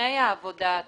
לפני עבודת